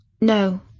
No